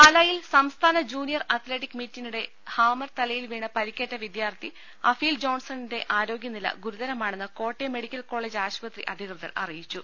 പാലായിൽ സംസ്ഥാന junior athletic മീറ്റിനിടെ ഹാമർ ത ലയിൽ വീണ് പരിക്കേറ്റ വിദ്യാർഥി അഫീൽ ജോൺസണിന്റെ ആ രോഗ്യനില ഗുരുതരമാണെന്ന് കോട്ടയം മെഡിക്കൽ കോളജ് ആശു പത്രി അധികൃതർ അറിയിച്ചു